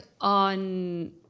on